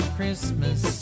Christmas